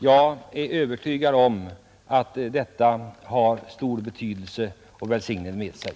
Jag är övertygad om att detta har stor betydelse och för välsignelse med sig.